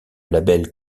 label